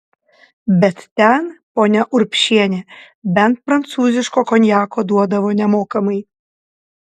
bet ten ponia urbšienė bent prancūziško konjako duodavo nemokamai